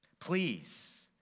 Please